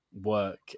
work